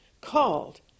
called